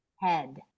head